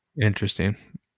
Interesting